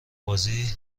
بازی